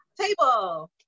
table